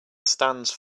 stands